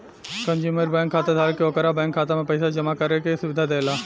consumer bank खाताधारक के ओकरा बैंक खाता में पइसा जामा करे के सुविधा देला